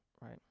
right